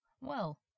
Well